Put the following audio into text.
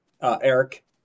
Eric